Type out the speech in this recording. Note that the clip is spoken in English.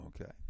okay